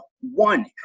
One